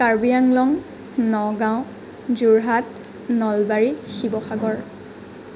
Karbi Anglong Nagaon Jorhat Nalbari Sivasagar